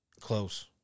close